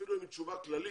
אפילו אם זו תשובה כללית,